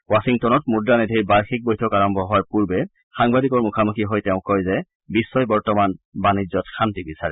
ৱাখিংটনত মূদ্ৰানিধিৰ বাৰ্ষিক বৈঠক আৰম্ভ হোৱাৰ পূৰ্বে সাংবাদিকৰ মুখামুখি হৈ তেওঁ কয় যে বিশ্বই বৰ্তমান বাণিজ্যত শান্তি বিচাৰে